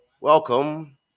Welcome